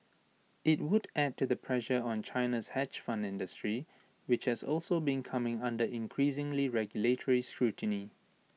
IT would add to the pressure on China's hedge fund industry which has also been coming under increasing regulatory scrutiny